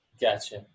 Gotcha